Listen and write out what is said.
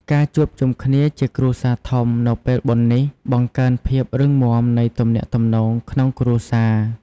ការជួបជុំគ្នាជាគ្រួសារធំនៅពេលបុណ្យនេះ បង្កើនភាពរឹងមាំនៃទំនាក់ទំនងក្នុងគ្រួសារ។